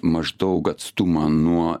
maždaug atstumą nuo